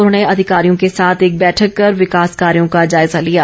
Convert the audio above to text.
उन्होंने अधिकारियों के साथ एक बैठक कर विकास कार्यों का जायजा लिया